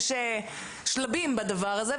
יש שלבים בדבר הזה.